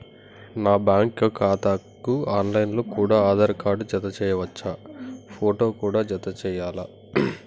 నా బ్యాంకు ఖాతాకు online లో కూడా ఆధార్ కార్డు జత చేయవచ్చా ఫోటో కూడా జత చేయాలా?